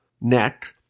neck